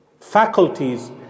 faculties